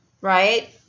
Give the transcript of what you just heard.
Right